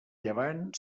llevant